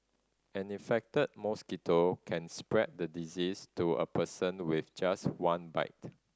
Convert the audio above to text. an infected mosquito can spread the disease to a person with just one bite